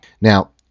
now